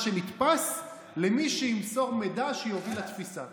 שנתפס למי שימסור מידע שיוביל לתפיסה.